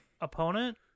opponent